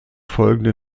folgende